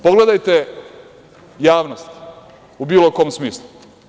Pogledajte javnost u bilo kom smislu.